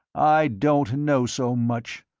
i don't know so much,